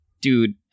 dude